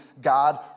God